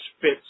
fits